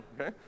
okay